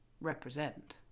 represent